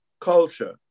culture